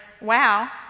wow